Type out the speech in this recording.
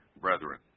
brethren